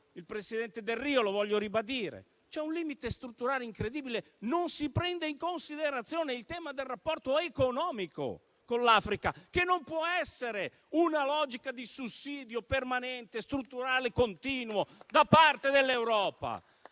il presidente Delrio, ma voglio ribadirlo, c'è un limite strutturale incredibile: non si prende in considerazione il tema del rapporto economico con l'Africa, che non può rispondere a una logica di sussidio permanente, strutturale e continuo da parte dell'Europa